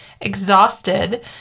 exhausted